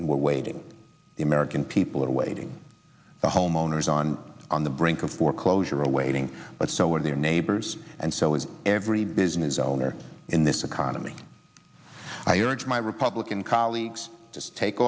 and we're waiting the american people are waiting the homeowners on on the brink of foreclosure awaiting but so are their neighbors and so is every business owner in this economy i urge my republican colleagues to take